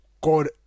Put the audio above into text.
God